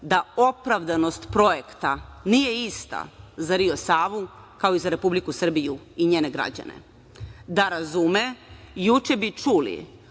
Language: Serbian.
da opravdanost projekta nije ista za „Rio Savu“ kao i za Republiku Srbiju i njene građene. Da razume juče bi čuli